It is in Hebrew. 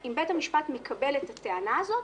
אם בית המשפט מקבל את הטענה הזאת,